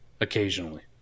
occasionally